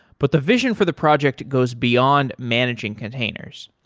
but the vision for the project goes beyond managing containers.